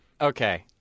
Okay